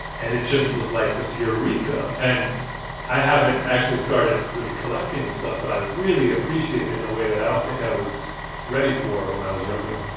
and it just was like this eureka. and i haven't actually started really collecting the stuff, but i really appreciate it in a way that i don't think i was ready for when i was younger.